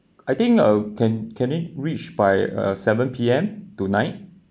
I think uh can can it reach by uh seven P_M tonight